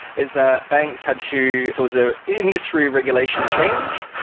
is that banks had to towards their industry regulation change,